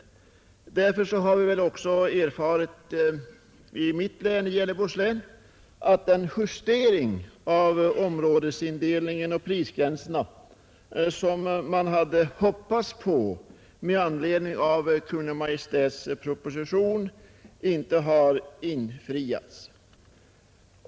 Därför har vi också i mitt län, Gävleborgs län, erfarit att den justering av områdesindelningen och prisgränserna som man hade hoppats på med anledning av Kungl. Maj:ts proposition inte har genomförts.